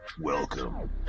Welcome